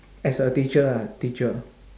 as a teacher lah teacher